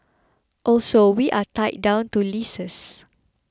also we are tied down to leases